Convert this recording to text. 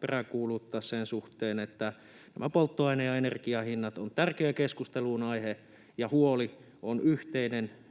peräänkuuluttaa sitä, että tämä polttoaineiden ja energian hinta on tärkeä keskustelunaihe, ja huoli on yhteinen